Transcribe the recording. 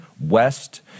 West